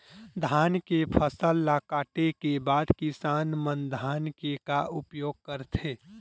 धान के फसल ला काटे के बाद किसान मन धान के का उपयोग करथे?